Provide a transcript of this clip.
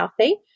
healthy